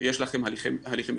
יש לכם הליכים משפטיים,